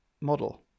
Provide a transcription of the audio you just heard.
model